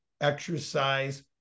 exercise